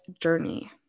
journey